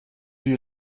you